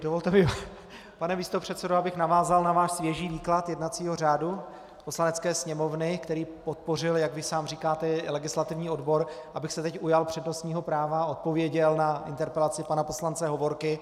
Dovolte mi, pane místopředsedo, abych navázal na váš svěží výklad jednacího řádu Poslanecké sněmovny, který podpořil, jak vy sám říkáte, legislativní odbor, abych se teď ujal přednostního práva a odpověděl na interpelaci pana poslance Hovorky.